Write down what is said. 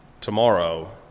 tomorrow